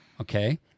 okay